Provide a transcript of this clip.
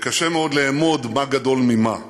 וקשה מאוד לאמוד מה גדול ממה,